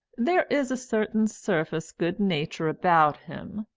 there is a certain surface good-nature about him,